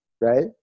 right